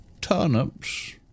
turnips